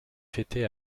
fêté